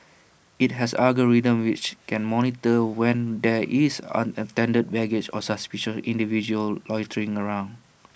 IT has algorithms which can monitor when there is unattended baggage or suspicious individuals loitering around